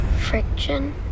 friction